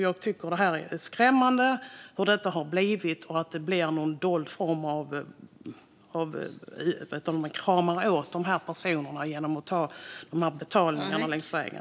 Jag tycker att det är skrämmande att man kan krama åt dessa personer genom att ta betalt längs vägen.